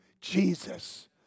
Jesus